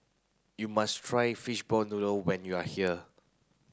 you must try fishball noodle when you are here